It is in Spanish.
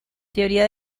teoría